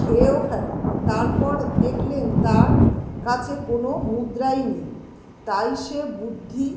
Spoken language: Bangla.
খেয়েও ফেলেন তারপর দেখলেন তার কাছে কোনো মুদ্রাই নেই তাই সে বুদ্ধি